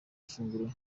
ifunguro